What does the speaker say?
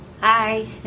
Hi